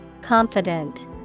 Confident